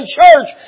church